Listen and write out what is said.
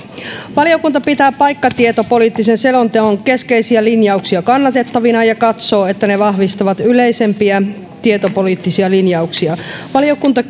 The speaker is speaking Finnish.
valiokunta pitää paikkatietopoliittisen selonteon keskeisiä linjauksia kannatettavina ja katsoo että ne vahvistavat yleisempiä tietopoliittisia linjauksia valiokunta